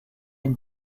une